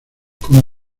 como